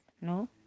no